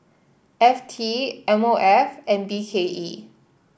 F T M O F and B K E